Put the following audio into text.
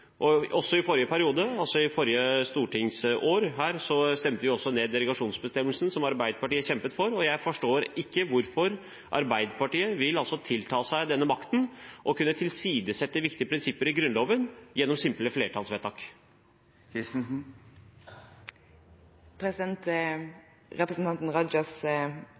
i stortingsperioden stemte vi også ned derogasjonsbestemmelsen, som Arbeiderpartiet kjempet for, og jeg forstår ikke hvorfor Arbeiderpartiet vil tilta seg denne makten og tilsidesette viktige prinsipper i Grunnloven gjennom simple flertallsvedtak.